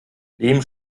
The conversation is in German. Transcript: lehm